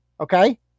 Okay